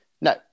No